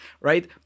right